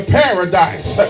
paradise